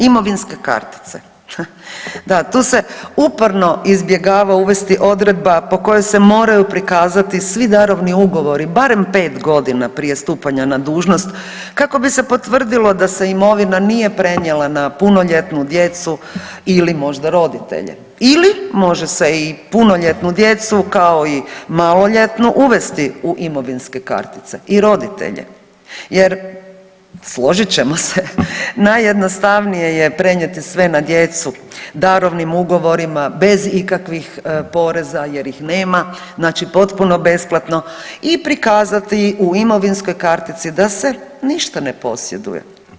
Imovinske kartice, da tu se uporno izbjegava uvesti odredba po kojoj se moraju prikazati svi darovni ugovori barem pet godina prije stupanja na dužnost kako bi se potvrdilo da se imovina nije prenijela na punoljetnu djecu ili možda roditelje ili može se i punoljetnu djecu kao i maloljetnu uvesti u imovinske kartice i roditelje jer složit ćemo se, najjednostavnije je prenijeti sve na djecu darovnim ugovorima, bez ikakvih poreza jer ih nema znači potpuno besplatno i prikazati u imovinskoj kartici da se ništa ne posjeduje.